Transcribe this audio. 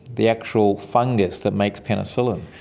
the actual fungus that makes penicillin.